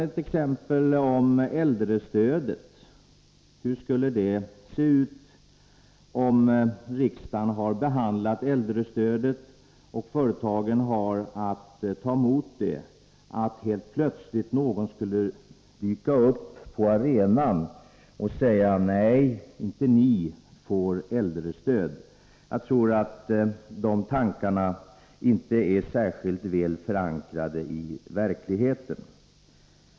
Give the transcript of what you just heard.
Ett exempel beträffande äldrestödet: Hur skulle det se ut om riksdagen hade beviljat äldrestöd till ett företag och det sedan helt plötsligt dyker upp någon annan part på arenan och säger till företaget att det inte skall få något stöd. Jag tror att dessa tankar inte är särskilt väl förankrade i verkligheten.